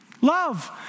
Love